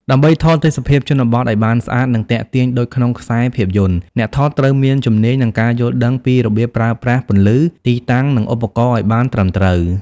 ដើម្បីថតទេសភាពជនបទឲ្យបានស្អាត និងទាក់ទាញដូចក្នុងខ្សែភាពយន្ត អ្នកថតត្រូវមានជំនាញ និងការយល់ដឹងពីរបៀបប្រើប្រាស់ពន្លឺ ទីតាំង និងឧបករណ៍ឲ្យបានត្រឹមត្រូវ។